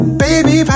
baby